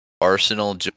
Arsenal